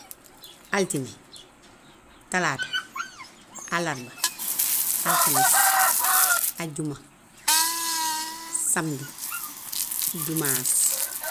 Altine, talaata, allarba, alxames, ajjuma, samdi, dimaas.